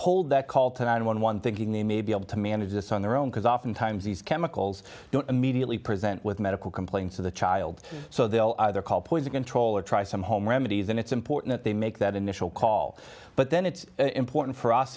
hold the call to nine one one thinking they may be able to manage this on their own because oftentimes these chemicals don't immediately present with medical complaints to the child so they'll either call poison control or try some home remedies and it's important that they make that initial call but then it's important for us